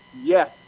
yes